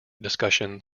discussion